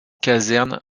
casernes